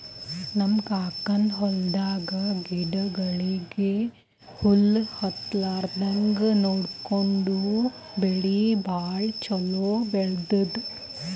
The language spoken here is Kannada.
ನಮ್ ಕಾಕನ್ ಹೊಲದಾಗ ಗಿಡಗೋಳಿಗಿ ಹುಳ ಹತ್ತಲಾರದಂಗ್ ನೋಡ್ಕೊಂಡು ಬೆಳಿ ಭಾಳ್ ಛಲೋ ಬೆಳದ್ರು